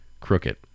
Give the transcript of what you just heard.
crooked